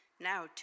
Now